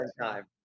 time